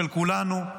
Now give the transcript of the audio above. של כולנו,